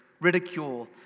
ridicule